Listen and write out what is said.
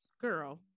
Girl